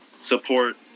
support